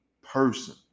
person